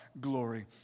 glory